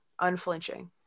unflinching